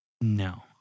No